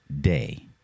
Day